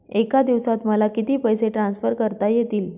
एका दिवसात मला किती पैसे ट्रान्सफर करता येतील?